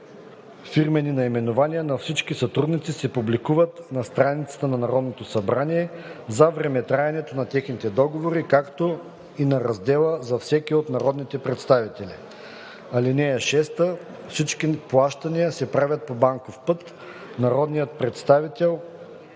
фирмени наименования на всички сътрудници се публикуват на страницата на Народното събрание, за времетраенето на техните договори, както и на раздела за всеки от народните представители. (6) Всички плащания се правят по банков път. Народният представител